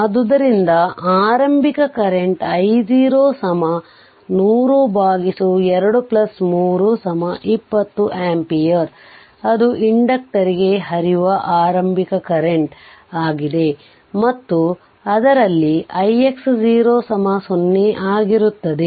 ಆದ್ದರಿಂದ ಆರಂಭಿಕ current I0 100 2320 ampere ಅದು ಇಂಡಕ್ಟರಿಗೆ ಹರಿಯುವ ಆರಂಭಿಕ ಕರೆಂಟ್ ಆಗಿದೆ ಮತ್ತು ಅದರಲ್ಲಿ ix 00 ಆಗಿರುತ್ತದೆ